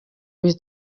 bita